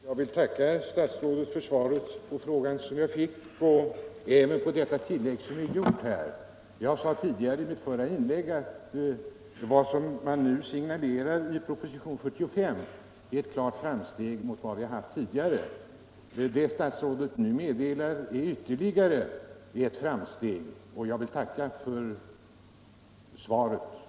Herr talman! Jag vill tacka statsrådet för svaret på frågan och även för tillägget. Jag sade i mitt förra inlägg att det som signaleras i proposition 45 är ett klart framsteg. Det statsrådet nu meddelar är ytterligare ett framsteg, och jag vill tacka för svaret på frågan.